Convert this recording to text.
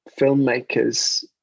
filmmakers